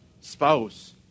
spouse